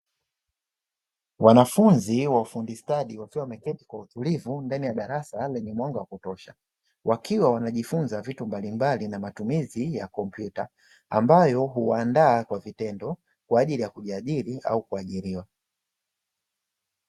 Wanafunzi wa ufundi stadi wakiwa wameketi kwa utulivu ndani ya darasa lenye mwanga wa kutosha, wakiwa wanajifunza vitu mbalimbali na matumizi ya kompyuta ambayo huwaandaa kwa vitendo kwaajili ya kujiajiri au kuajiriwa.